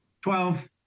Twelve